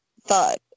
thought